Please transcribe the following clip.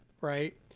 right